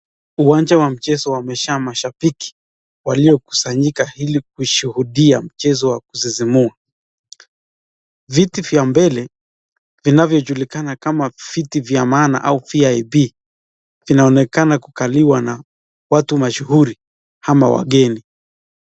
Uwanja wa mchezo umejaa mashambiki waliokusanyika ili kushuhudia mchezo wa kusisimua. Viti vya mbele vinavyojulikana kama viti vya maana ama VIP vinaonekana kukaliwa na watu mashuhuri ama wageni.